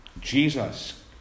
Jesus